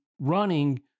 running